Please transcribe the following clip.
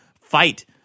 fight